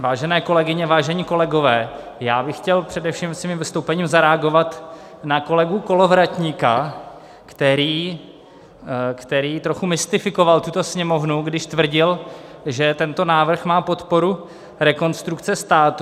Vážené kolegyně, vážení kolegové, já bych chtěl především svým vystoupením zareagovat na kolegu Kolovratníka, který trochu mystifikoval tuto Sněmovnu, když tvrdil, že tento návrh má podporu Rekonstrukce státu.